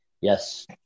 Yes